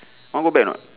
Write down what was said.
want go back or not